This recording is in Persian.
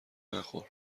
نخور